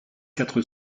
quatre